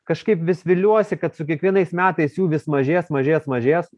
kažkaip vis viliuosi kad su kiekvienais metais jų vis mažės mažės mažės